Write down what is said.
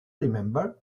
remember